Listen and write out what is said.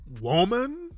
woman